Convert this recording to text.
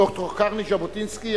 ד"ר קרני ז'בוטינסקי,